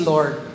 Lord